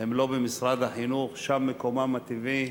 הם לא במשרד החינוך, שם מקומם הטבעי?